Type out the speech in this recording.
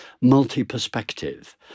multi-perspective